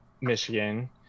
Michigan